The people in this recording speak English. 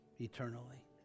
eternally